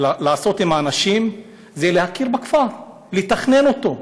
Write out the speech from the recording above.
לעשות עם האנשים, זה להכיר בכפר, לתכנן אותו.